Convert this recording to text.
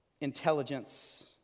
intelligence